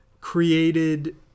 created